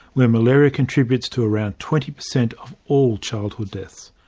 where malaria contributes to around twenty per cent of all childhood deaths.